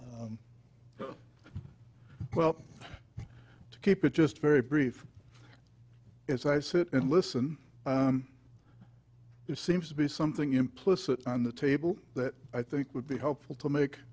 room well to keep it just very brief as i sit and listen there seems to be something implicit on the table that i think would be helpful to make